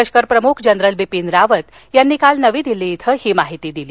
लष्कर प्रमुख जनरल बिपीन रावत यांनी काल नवी दिल्लीत ही माहिती दिली